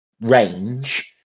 range